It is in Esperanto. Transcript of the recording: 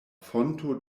fonto